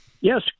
yes